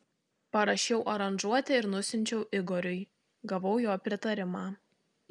parašiau aranžuotę ir nusiunčiau igoriui gavau jo pritarimą